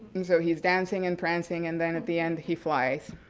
and so he's dancing and prancing and then at the end he flies.